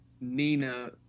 Nina